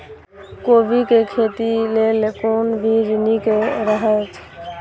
कोबी के खेती लेल कोन बीज निक रहैत?